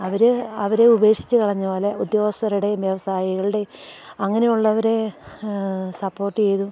അവർ അവരെയുപേക്ഷിച്ച് കളഞ്ഞതു പോലെ ഉദ്യോഗസ്ഥരുടെ വ്യവസായികളുടെ അങ്ങനെയുള്ളവരെ സപ്പോർട്ട് ചെയ്തും